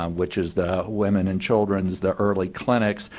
um which is the women and children, the early clinics,